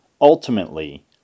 Ultimately